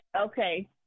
okay